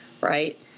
right